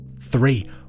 Three